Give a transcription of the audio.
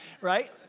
right